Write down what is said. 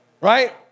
Right